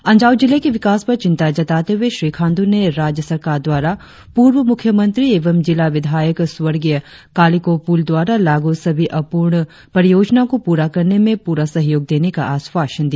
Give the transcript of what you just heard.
अंजाव जिले के विकास पर चिंता जताते हुए श्री खांडू ने राज्य सरकार द्वारा पूर्व मुख्यमंत्री एवं जिला विधायक स्वर्गीय कालिखो पुल द्वारा लागू सभी अपूर्ण परियोजना को पूरा करने में पूरा सहयोग देने का आश्वासन दिया